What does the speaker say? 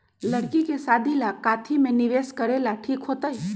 लड़की के शादी ला काथी में निवेस करेला ठीक होतई?